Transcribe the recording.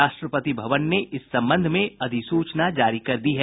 राष्ट्रपति भवन ने इस संबंध में अधिसूचना जारी कर दी है